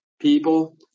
people